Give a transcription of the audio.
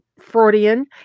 Freudian